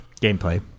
Gameplay